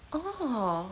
orh